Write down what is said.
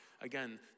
Again